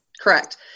Correct